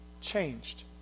changed